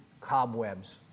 cobwebs